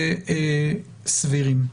וסבירים.